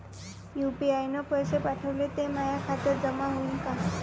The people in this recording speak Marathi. यू.पी.आय न पैसे पाठवले, ते माया खात्यात जमा होईन का?